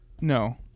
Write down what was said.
No